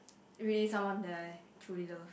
really someone that I truly love